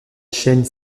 chaîne